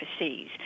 overseas